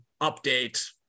update